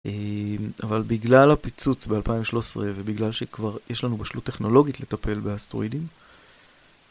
אבל בגלל הפיצוץ ב-2013 ובגלל שכבר יש לנו בשלות טכנולוגית לטפל באסטרואידים